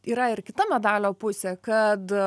yra ir kita medalio pusė kad